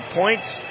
points